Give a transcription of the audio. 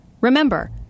Remember